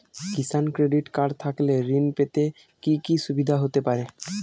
কিষান credit card থাকলে ঋণ পেতে কি কি সুবিধা হতে পারে?